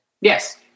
Yes